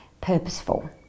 purposeful